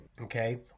okay